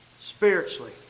spiritually